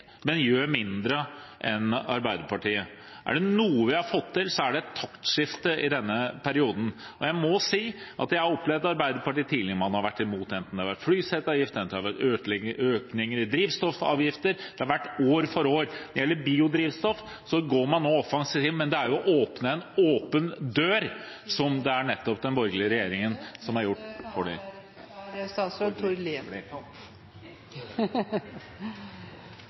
men gjør mindre enn Arbeiderpartiet. Er det noe vi har fått til i denne perioden, så er det et taktskifte. Og jeg må si at jeg har opplevd Arbeiderpartiet tidligere: Man har vært imot enten det har vært flyseteavgift, økninger av drivstoffavgifter, eller det har vært biodrivstoff. Man går nå offensivt inn, men det er å åpne en åpen dør – som det nettopp er den borgerlige regjeringen som har gjort.